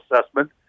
assessment